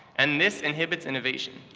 and this inhibits innovation.